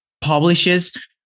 publishes